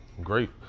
Great